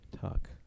talk